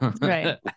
Right